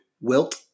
Wilt